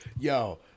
Yo